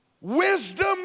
Wisdom